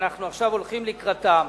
ואנחנו עכשיו הולכים לקראתם,